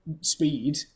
speed